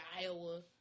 Iowa